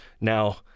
now